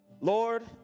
Lord